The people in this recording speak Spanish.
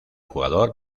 jugador